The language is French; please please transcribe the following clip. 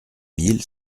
mille